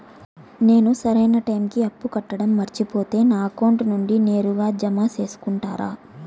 నేను సరైన టైముకి అప్పు కట్టడం మర్చిపోతే నా అకౌంట్ నుండి నేరుగా జామ సేసుకుంటారా?